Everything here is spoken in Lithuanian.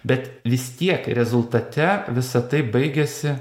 bet vis tiek rezultate visa tai baigiasi